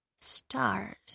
Stars